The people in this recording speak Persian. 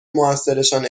موثرشان